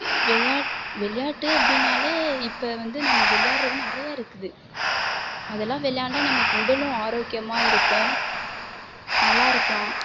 விளையாட்டு அப்படின்னாலே இப்போ வந்து நம்ம விளையாடுறது நிறைய இருக்குது அதலாம் விளையாண்டா நமக்கு உடலும் ஆரோக்கியமாக இருக்கும் நல்லா இருக்கலாம்